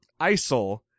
ISIL